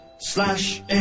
slash